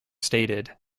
stated